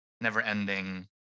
never-ending